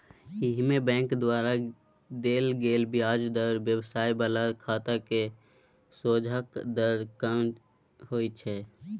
एहिमे बैंक द्वारा देल गेल ब्याज दर व्यवसाय बला खाता केर सोंझा दर कम होइ छै